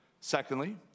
Secondly